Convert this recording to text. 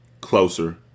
Closer